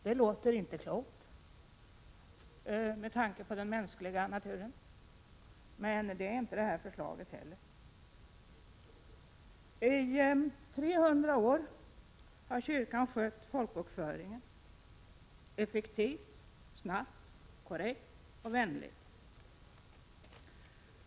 Det låter inte klokt, med tanke på den mänskliga naturen, men inte heller det aktuella förslaget är klokt. I 300 år har kyrkan skött folkbokföringen effektivt, snabbt, korrekt och vänligt.